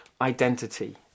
identity